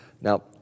Now